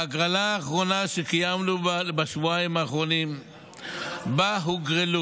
בהגרלה האחרונה שקיימנו בשבועיים האחרונים הוגרלו